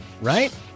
right